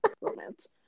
romance